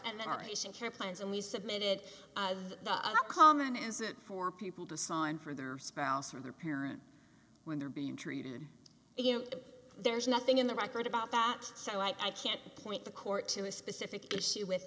and the operation current plans and we submitted of the common is it for people to sign for their spouse or their parent when they're being treated you know there's nothing in the record about that so i can't point the court to a specific issue with